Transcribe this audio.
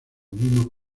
mismos